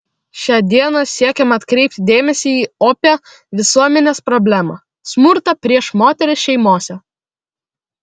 šia diena siekiama atkreipti dėmesį į opią visuomenės problemą smurtą prieš moteris šeimose